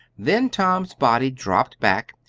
then tom's body dropped back,